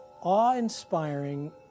awe-inspiring